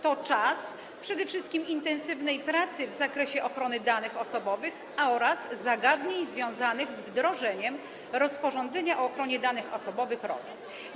To czas przede wszystkim intensywnej pracy w zakresie ochrony danych osobowych oraz zagadnień związanych z wdrożeniem rozporządzenia o ochronie danych osobowych - RODO.